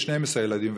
12 ילדים,